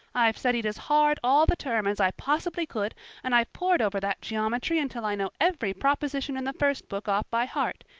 i've studied as hard all the term as i possibly could and i've pored over that geometry until i know every proposition in the first book off by heart,